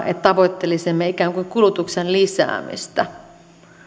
että tavoittelisimme ikään kuin kulutuksen lisäämistä